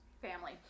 family